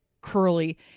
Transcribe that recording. curly